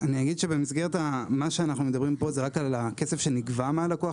אני אגיד שמה שאנחנו מדברים פה זה רק על הכסף שנגבה מהלקוח,